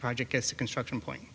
project as a construction point